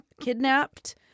kidnapped